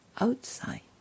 outside